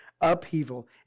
upheaval